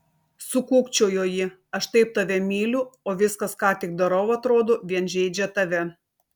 sukūkčiojo ji aš taip tave myliu o viskas ką tik darau atrodo vien žeidžia tave